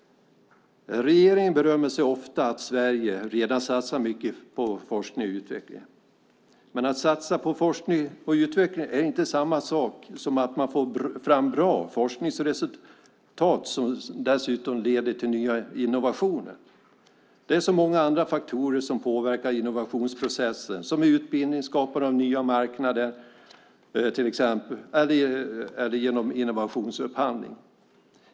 Regeringen berömmer sig ofta av att Sverige redan satsar mycket på forskning och utveckling. Men att satsa på forskning och utveckling är inte samma sak som att man får fram bra forskningsresultat som dessutom leder till nya innovationer. Det är så många andra faktorer som påverkar innovationsprocessen, som utbildning, skapande av nya marknader och innovationsupphandling.